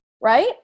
right